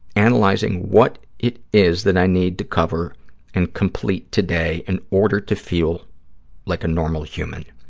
analyzing what it is that i need to cover and complete today in order to feel like a normal human.